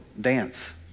dance